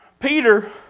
Peter